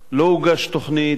לא הוגשה תוכנית,